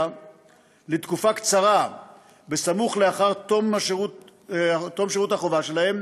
לתקופה קצרה בסמוך לאחר תום שירות החובה שלהם